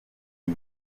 iyi